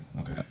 Okay